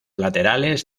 laterales